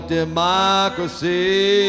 democracy